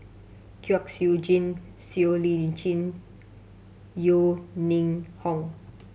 Kwek Siew Jin Siow Lee Chin Yeo Ning Hong